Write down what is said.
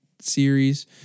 series